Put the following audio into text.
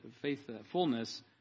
faithfulness